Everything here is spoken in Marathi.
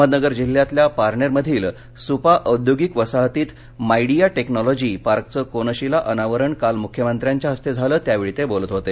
अहमदनगर जिल्ह्यातल्या पारनेरमधील सुपा औद्योगिक वसाहतीत मायडिया टेक्नोलॉजी पार्कचं कोनशिला अनावरण काल मुख्यमंत्र्यांच्या हस्ते झालं त्यावेळी ते बोलत होते